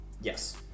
yes